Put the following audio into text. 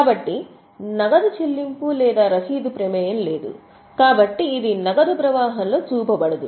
కాబట్టి నగదు చెల్లింపు లేదా రశీదు ప్రమేయం లేదు కాబట్టి ఇది నగదు ప్రవాహంలో చూపబడదు